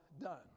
done